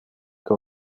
que